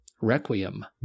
requiem